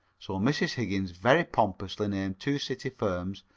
so mrs. higgins very pompously named two city firms,